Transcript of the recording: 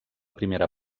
primera